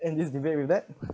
and this debate with that